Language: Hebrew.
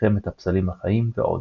"מלחמת הפסלים החיים" ועוד.